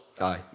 Aye